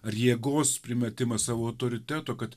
ar jėgos primetimas savo autoriteto kad